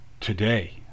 today